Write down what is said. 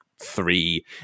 three